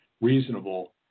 reasonable